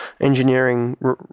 engineering